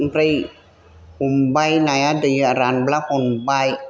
ओमफ्राय हमबाय नाया दैया रानब्ला हमबाय